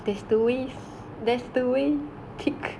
there's two ways that's the way tick